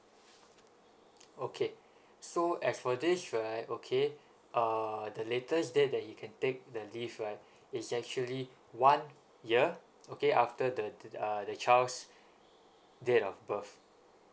okay so as for this right okay uh the latest date that you can take the leave right is actually one year okay after the the the uh the child's date of birth